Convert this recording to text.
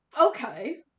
Okay